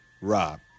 Rob